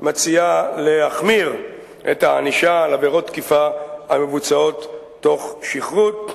מוצע להחמיר את הענישה על עבירות תקיפה המבוצעות תוך שכרות.